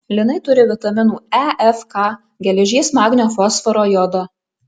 linai turi vitaminų e f k geležies magnio fosforo jodo